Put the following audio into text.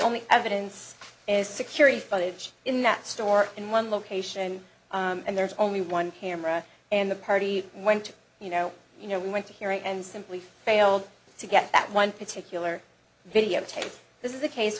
only evidence is security footage in that store in one location and there's only one camera and the party went to you know you know we went to hear it and simply failed to get that one particular videotape this is a case